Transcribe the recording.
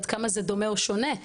עד כמה זה דומה או שונה.